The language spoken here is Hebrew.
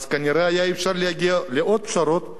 אז כנראה היה אפשר להגיע לעוד פשרות,